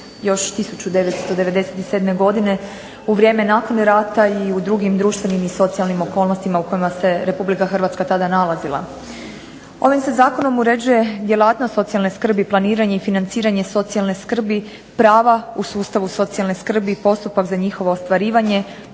još 1997. godine u vrijeme nakon rata i u drugim društvenim i socijalnim okolnostima u kojima se Republika Hrvatska tada nalazila. Ovim se zakonom uređuje djelatnost socijalne skrbi, planiranje i financiranje socijalne skrbi, prava u sustavu socijalne skrbi, postupak za njihovo ostvarivanje,